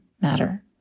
matter